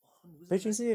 你不是在南